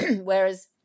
Whereas